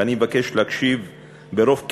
ואני מבקש להקשיב רוב קשב,